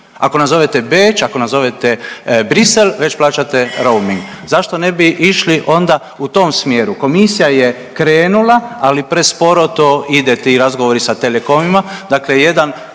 ako nazovete Beč, ako nazovete Bruxelles već plaćate roaming. Zašto ne bi išli onda u tom smjeru. Komisija je krenula, ali presporo to ide ti razgovori sa telekomima. Dakle, jedan